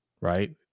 right